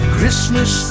Christmas